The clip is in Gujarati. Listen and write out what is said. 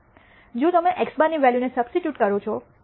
જો તમે x̅ ની વૅલ્યુ ને સબસ્ટિટ્યૂટ કરો છો જે 51